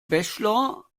bachelor